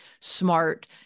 smart